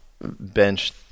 bench